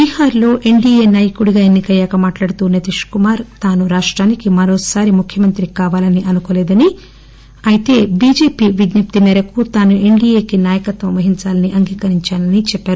బీహార్లో ఎన్డీయే నాయకుడిగా ఎన్ని కయ్యాక మాట్లాడుతూ నితీష్ కుమార్ తాను రాష్టానికి మరోసారి ముఖ్యమంత్రి కావాలని అనుకోవడం లేదని అయితే ఎన్దీఏ బీజేపీ విజ్ఞప్తి మేరకు తాను ఎన్దీయేకి నాయకత్వం వహించాలని అంగీకరించానని చెప్పారు